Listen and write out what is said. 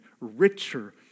richer